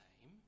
name